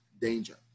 danger